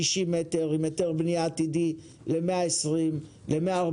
60 מטר עם היתר בנייה עתידי ל-120 ול-140,